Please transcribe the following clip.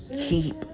keep